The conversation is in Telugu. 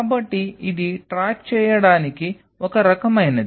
కాబట్టి ఇది ట్రాక్ చేయడానికి ఒక రకమైనది